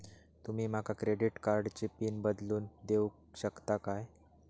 तुमी माका क्रेडिट कार्डची पिन बदलून देऊक शकता काय?